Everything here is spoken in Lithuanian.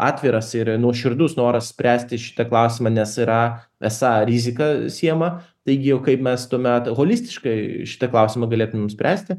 atviras ir nuoširdus noras spręsti šitą klausimą nes yra esą rizika siejama taigi o kaip mes tuomet holistiškai šitą klausimą galėtumėm spręsti